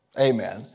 Amen